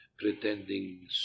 pretending